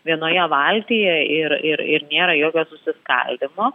vienoje valtyje ir ir ir nėra jokio susiskaldymo